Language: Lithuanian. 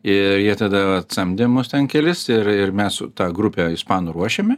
ir jie tada samdė mus ten kelis ir ir mes tą grupę ispanų ruošėme